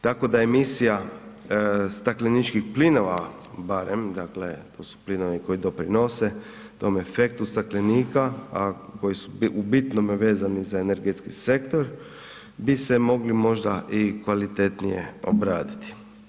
Tako da emisija stakleničkih plinova barem, to su plinovi koji doprinose tom efektu staklenika, a koji su u bitnome vezani za energetski sektor, bi se mogli možda i kvalitetnije obraditi.